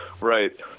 right